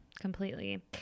completely